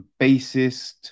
bassist